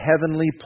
heavenly